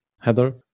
Heather